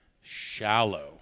Shallow